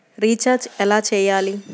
Recharge ఎలా చెయ్యాలి?